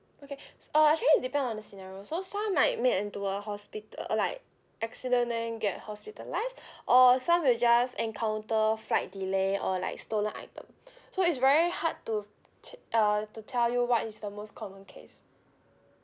okay uh actually it's depend on the scenario so some might made into a hospita~ uh like accident then get hospitalised or some will just encounter flight delay or like stolen item so is very hard to t~ uh to tell you what is the most common case